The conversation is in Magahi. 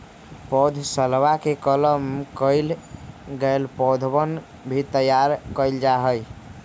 पौधशलवा में कलम कइल गैल पौधवन भी तैयार कइल जाहई